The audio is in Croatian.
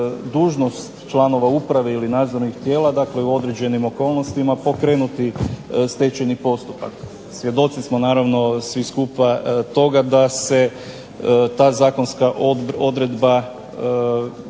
dužnost članova uprave ili nadzornih tijela, dakle u određenim okolnostima pokrenutu stečajni postupak. Svjedoci smo naravno svi skupa toga da se ta zakonska odredba u